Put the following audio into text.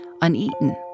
uneaten